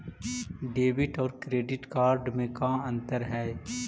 Debit और credit card में का अंतर हइ?